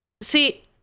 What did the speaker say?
See